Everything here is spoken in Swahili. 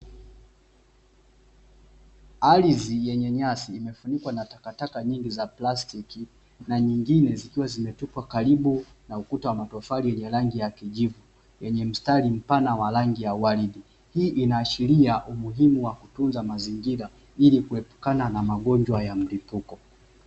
Ardhi yenye nyasi iliyofunikwa na takataka nyingi za plastiki na nyingine zikiwa zimetupwa karibu na ukuta wa matofali wenye rangi ya kijivu yenye mstari mpana wa rangi ya waridi, hii inaashiria umuhimu wa kutunza mazingira ili kuepukana na magonjwa ya mlipuko.